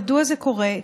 מדוע זה קורה,